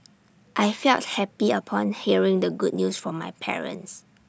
I felt happy upon hearing the good news from my parents